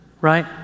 right